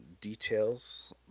details